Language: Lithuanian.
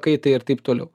kaitai ir taip toliau